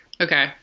okay